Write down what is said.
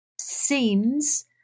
seems